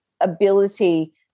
ability